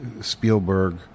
Spielberg